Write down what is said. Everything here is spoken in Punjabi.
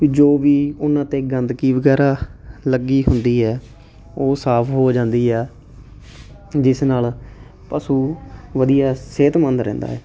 ਜੋ ਵੀ ਉਹਨਾਂ 'ਤੇ ਗੰਦਗੀ ਵਗੈਰਾ ਲੱਗੀ ਹੁੰਦੀ ਹੈ ਉਹ ਸਾਫ ਹੋ ਜਾਂਦੀ ਆ ਜਿਸ ਨਾਲ ਪਸ਼ੂ ਵਧੀਆ ਸਿਹਤਮੰਦ ਰਹਿੰਦਾ ਹੈ